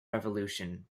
revolution